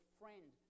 friend